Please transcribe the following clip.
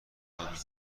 میکنیم